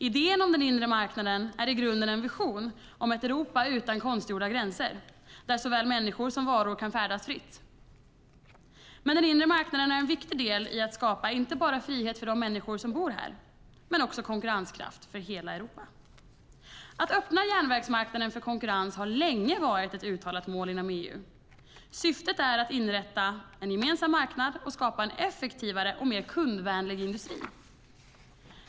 Idén om den inre marknaden är i grunden en vision om ett Europa utan konstgjorda gränser där såväl människor som varor kan färdas fritt. Den inre marknaden är en viktig del i att skapa inte bara frihet för de människor som bor här utan också konkurrenskraft för hela Europa. Det andra skälet, att öppna järnvägsmarknaden för konkurrens, har länge varit ett uttalat mål inom EU. Syftet är att inrätta en gemensam marknad och skapa en effektivare och mer kundvänlig industri.